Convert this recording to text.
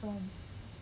from